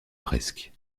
fresques